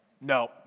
No